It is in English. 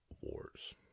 Wars